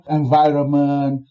environment